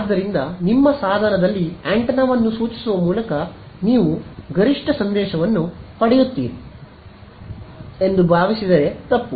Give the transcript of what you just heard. ಆದ್ದರಿಂದ ನಿಮ್ಮ ಸಾಧನದಲ್ಲಿ ಆಂಟೆನಾವನ್ನು ಸೂಚಿಸುವ ಮೂಲಕ ನೀವು ಗರಿಷ್ಠ ಸಂದೇಶವನ್ನು ಪಡೆಯುತ್ತೀರಿ ಎಂದು ಭಾವಿಸಿದರೆ ತಪ್ಪು